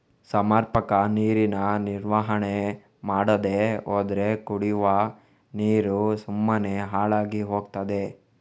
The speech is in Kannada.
ಸಮರ್ಪಕ ನೀರಿನ ನಿರ್ವಹಣೆ ಮಾಡದೇ ಹೋದ್ರೆ ಕುಡಿವ ನೀರು ಸುಮ್ಮನೆ ಹಾಳಾಗಿ ಹೋಗ್ತದೆ